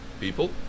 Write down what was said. people